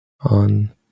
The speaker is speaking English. on